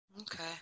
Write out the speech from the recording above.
okay